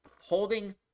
holding